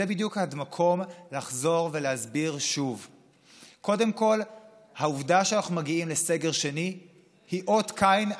בסגר הקודם ענף המסעדות הורשה לעשות take away,